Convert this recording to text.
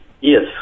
Yes